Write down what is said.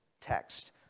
text